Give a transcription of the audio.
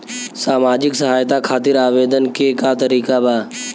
सामाजिक सहायता खातिर आवेदन के का तरीका बा?